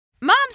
Moms